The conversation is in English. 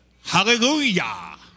Hallelujah